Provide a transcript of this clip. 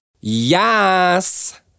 Yes